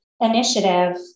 initiative